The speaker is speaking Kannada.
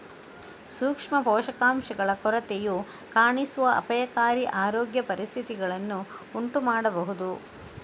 ಸೂಕ್ಷ್ಮ ಪೋಷಕಾಂಶಗಳ ಕೊರತೆಯು ಕಾಣಿಸುವ ಅಪಾಯಕಾರಿ ಆರೋಗ್ಯ ಪರಿಸ್ಥಿತಿಗಳನ್ನು ಉಂಟು ಮಾಡಬಹುದು